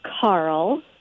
Carl